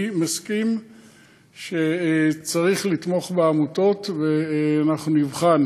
אני מסכים שצריך לתמוך בעמותות, ואנחנו נבחן